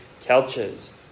couches